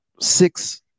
six